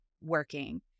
working